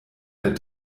der